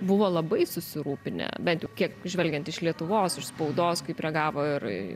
buvo labai susirūpinę bent jau kiek žvelgiant iš lietuvos iš spaudos kaip reagavo ir